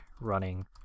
running